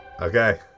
Okay